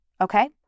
Okay